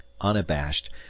Unabashed